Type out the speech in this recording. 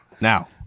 Now